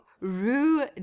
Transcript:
Rue